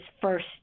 first